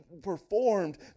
performed